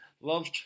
love